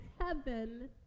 heaven